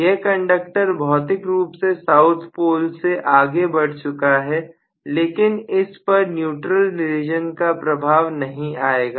यह कंडक्टर भौतिक रूप से साउथ पोल से आगे बढ़ चुका है लेकिन इस पर न्यूट्रल रीजन का प्रभाव नहीं आएगा